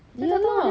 ya lah